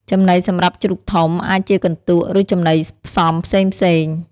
ចំណីសម្រាប់ជ្រូកធំ អាចជាកន្ទក់ ឬចំណីផ្សំផ្សេងៗ។